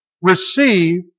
Receive